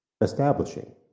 establishing